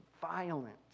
violence